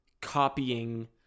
copying